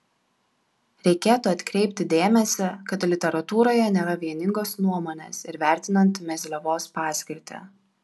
reikėtų atkreipti dėmesį kad literatūroje nėra vieningos nuomonės ir vertinant mezliavos paskirtį